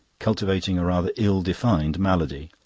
cultivating a rather ill-defined malady.